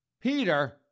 Peter